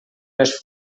les